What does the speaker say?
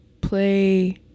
play